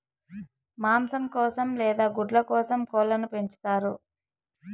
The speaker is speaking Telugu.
మాంసం కోసం లేదా గుడ్ల కోసం కోళ్ళను పెంచుతారు